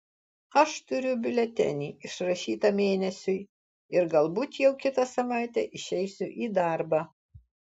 aš turiu biuletenį išrašytą mėnesiui ir galbūt jau kitą savaitę išeisiu į darbą